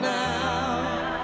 now